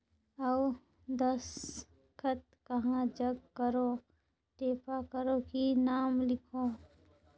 अउ दस्खत कहा जग करो ठेपा करो कि नाम लिखो?